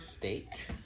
Date